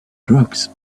drugs